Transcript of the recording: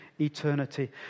eternity